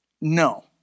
no